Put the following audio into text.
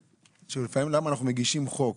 לפעמים למה אנחנו מגישים חוק,